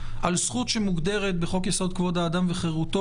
על זכות שמוגדרת בחוק-יסוד: כבוד האדם וחירותו